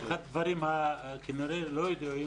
אחד הדברים שלא ידועים כנראה,